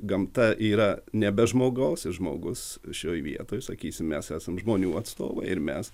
gamta yra nebe žmogaus žmogus šioje vietoj sakysim mes esam žmonių atstovai ir mes